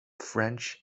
french